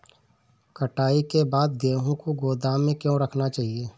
कटाई के बाद गेहूँ को गोदाम में क्यो रखना चाहिए?